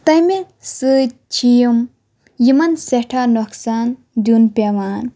تَمہِ سۭتۍ چھِ یِم یِمَن سیٚٹھاہ نۄقصان دیُن پیٚوان